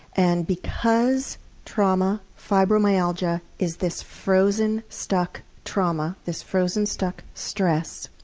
and because trauma, fibromyalgia, is this frozen, stuck trauma, this frozen, stuck stress,